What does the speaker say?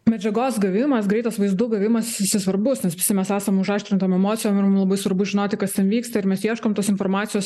medžiagos gavimas greitas vaizdų gavimas jisai svarbus nes visi mes esam užaštrintom emocijom ir mum labai svarbu žinoti kas ten vyksta ir mes ieškom tos informacijos